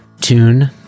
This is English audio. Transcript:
tune